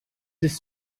this